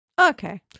Okay